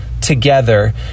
together